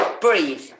Breathe